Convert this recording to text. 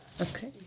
Okay